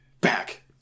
back